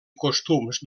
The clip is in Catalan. costums